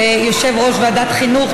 יושב-ראש ועדת חינוך,